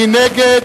מי נגד?